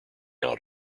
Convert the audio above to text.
out